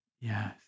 yes